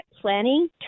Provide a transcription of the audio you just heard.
planning